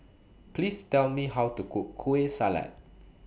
Please Tell Me How to Cook Kueh Salat